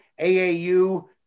AAU